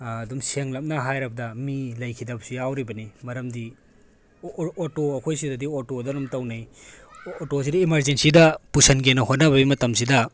ꯑꯗꯨꯝ ꯁꯦꯡꯂꯞꯅ ꯍꯥꯏꯔꯕꯗ ꯃꯤ ꯂꯩꯈꯤꯗꯕꯁꯨ ꯌꯥꯎꯔꯤꯕꯅꯤ ꯃꯔꯝꯗꯤ ꯑꯣꯇꯣ ꯑꯩꯈꯣꯏꯁꯤꯗꯗꯤ ꯑꯣꯇꯣꯗ ꯑꯗꯨꯝ ꯇꯧꯅꯩ ꯑꯣꯇꯣꯁꯤꯗ ꯏꯃꯥꯔꯖꯦꯟꯁꯤꯗ ꯄꯨꯁꯤꯟꯒꯦꯅ ꯍꯣꯠꯅꯕꯒꯤ ꯃꯇꯝꯁꯤꯗ